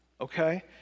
okay